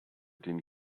den